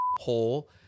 hole